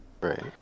right